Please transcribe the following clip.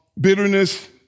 bitterness